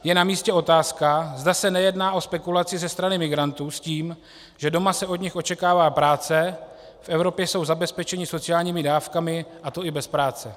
Je namístě otázka, zda se nejedná o spekulaci ze strany migrantů s tím, že doma se od nich očekává práce, v Evropě jsou zabezpečeni sociálními dávkami, a to i bez práce.